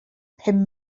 pum